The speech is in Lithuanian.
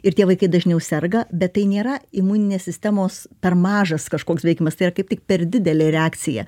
ir tie vaikai dažniau serga bet tai nėra imuninės sistemos per mažas kažkoks veikimas tai yra kaip tik per didelė reakcija